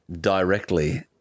directly